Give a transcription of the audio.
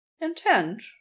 intent